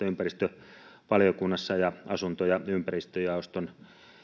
ympäristövaliokunnan valiokuntavastaavien ja asunto ja ympäristöjaoston